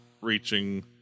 reaching